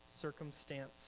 circumstance